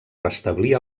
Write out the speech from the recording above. restablir